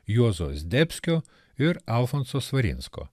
juozo zdebskio ir alfonso svarinsko